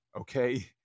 okay